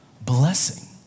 blessing